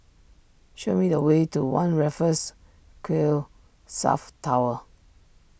show me the way to one Raffles Quay South Tower